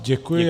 Děkuji.